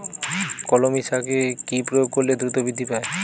কলমি শাকে কি প্রয়োগ করলে দ্রুত বৃদ্ধি পায়?